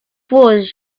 was